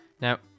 Now